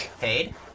Paid